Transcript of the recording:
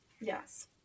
Yes